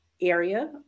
area